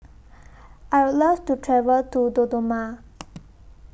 I Would Love to travel to Dodoma